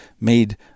made